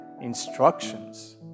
instructions